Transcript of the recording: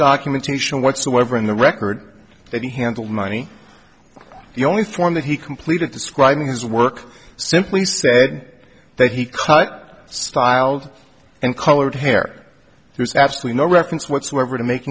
documentation whatsoever in the record that he handled money the only form that he completed describing his work simply said that he cut styled and colored hair there's actually no reference whatsoever to mak